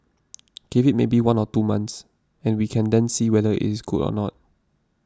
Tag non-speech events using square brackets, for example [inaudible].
[noise] give it maybe one or two months and we can then see whether it is good or not